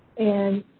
and